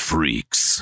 Freaks